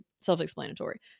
self-explanatory